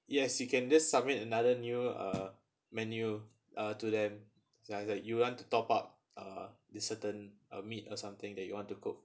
yes you can just submit another new uh menu uh to them so as like you want to top up uh the certain uh meat or something that you want to cook